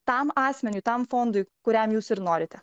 tam asmeniui tam fondui kuriam jūs ir norite